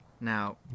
Now